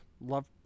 Love